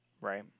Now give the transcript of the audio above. Right